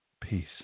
peace